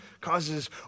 causes